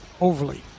overly